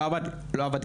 לא עבד כלום,